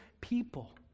people